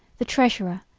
the treasurer,